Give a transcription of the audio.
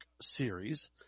series